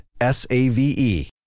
S-A-V-E